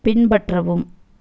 பின்பற்றவும்